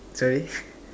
sorry